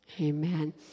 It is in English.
Amen